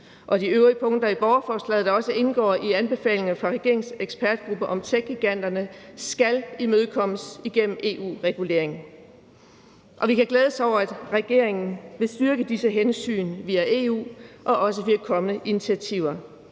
De øvrige punkter i borgerforslaget, der også indgår i anbefalingerne fra regeringens ekspertgruppe om techgiganterne, skal imødekommes igennem EU-regulering. Vi kan glæde os over, at regeringen vil styrke disse hensyn via EU og også ved kommende initiativer.